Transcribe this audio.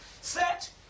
Set